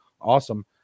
awesome